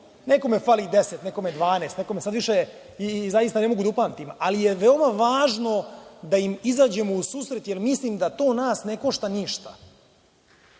nekome fali deset, nekome 12, sada više i ne mogu da upamtim, ali je veoma važno da im izađemo u susret, jer mislim da to nas ne košta ništa.